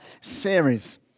series